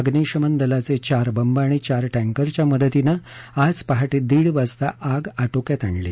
अग्निशमन दलाचे चार बंब आणि चार टँकरच्या मदतीनं आज पहाटे दीड वाजता आग आटोक्यात आणली